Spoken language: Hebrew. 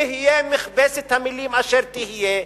תהיה מכבסת המלים אשר תהיה,